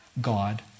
God